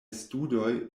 studoj